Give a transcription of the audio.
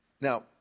Now